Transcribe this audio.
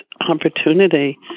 opportunity